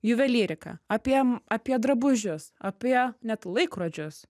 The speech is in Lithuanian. juvelyriką apie apie drabužius apie net laikrodžius